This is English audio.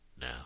now